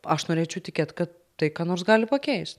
aš norėčiau tikėt kad tai ką nors gali pakeisti